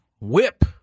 whip